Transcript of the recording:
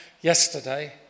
yesterday